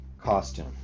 costume